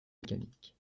mécaniques